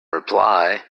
reply